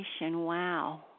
Wow